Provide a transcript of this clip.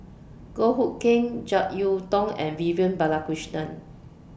Goh Hood Keng Jek Yeun Thong and Vivian Balakrishnan